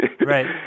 Right